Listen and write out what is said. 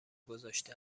گذاشته